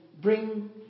bring